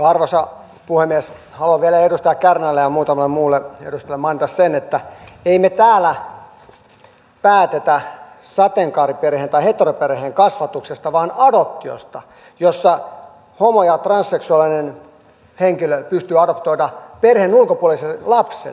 haluan vielä edustaja kärnälle ja muutamalle muulle edustajalle mainita sen että emme me täällä päätä sateenkaariperheen tai heteroperheen kasvatuksesta vaan adoptiosta jossa homo ja transseksuaalinen henkilö pystyvät adoptoimaan perheen ulkopuolisen lapsen